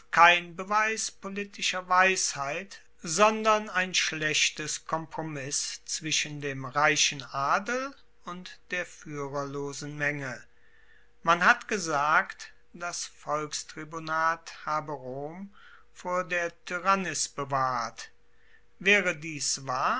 kein beweis politischer weisheit sondern ein schlechtes kompromiss zwischen dem reichen adel und der fuehrerlosen menge man hat gesagt das volkstribunat habe rom vor der tyrannis bewahrt waere dies wahr